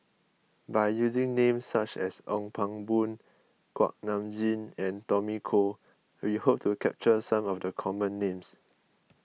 by using names such as Ong Pang Boon Kuak Nam Jin and Tommy Koh we hope to capture some of the common names